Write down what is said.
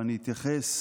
ואני אתייחס